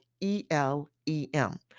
E-L-E-M